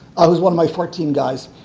ah one of my fourteen guys,